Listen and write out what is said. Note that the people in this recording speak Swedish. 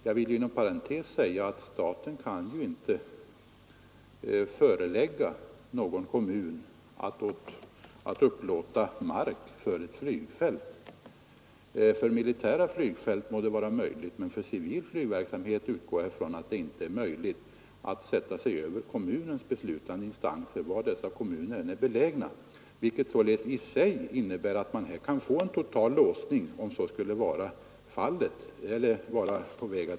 Jag vill inom parentes säga att staten kan inte förelägga någon kommun att upplåta mark för ett flygfält. För militära flygfält må det vara möjligt, men för civil flygverksamhet utgår jag ifrån att det inte är tänkbart att sätta sig över kommunens beslutande instanser, var dessa kommuner än är belägna. Det innebär således i sig att man här kan få en total låsning.